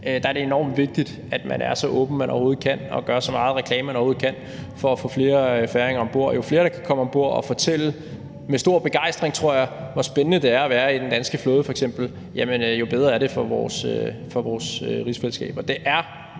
der er det enormt vigtigt, at man er så åben, som man overhovedet kan være, og gør så meget reklame, som man overhovedet kan, for at få flere færinger med om bord. Jo flere, der kan komme med om bord og fortælle med stor begejstring, tror jeg, hvor spændende det f.eks. er at være i den danske flåde, jo bedre er det for vores rigsfællesskab. Det er